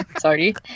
Sorry